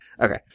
okay